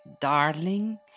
Darling